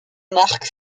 marques